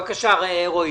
בבקשה, רועי.